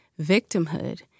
victimhood